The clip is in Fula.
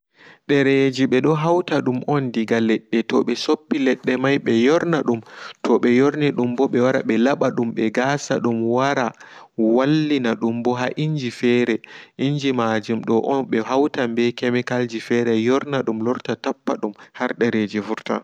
Ɗereji ɓe do hauta dum daga ledde toɓe soppi ledde mai ɓeyorna dum toɓe yorni dum ɓe ɓewara ɓe laɓa dum ɓe gasa du wara wallinadum ɓe ha inji fere injimaaju doɓo ɓe hauta ɓe kemikalji fere yornan dum lorta tappa dum har dereji vurta.